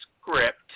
script